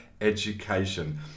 Education